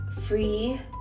free